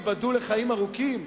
ייבדלו לחיים ארוכים,